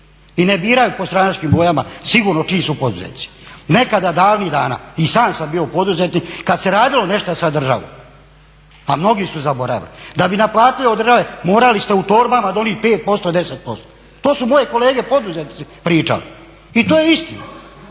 i ne biraju po stranačkim bojama sigurno čiji su poduzetnici. Nekada davnih dana i sam sam bio poduzetnik. Kad se radilo nešto sa državom pa mnogi su zaboravili, da bi naplatili od države morali ste u torbama donijet 5%, 10%. To su moje kolege poduzetnici pričali i to je istina.